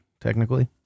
technically